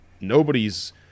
nobody's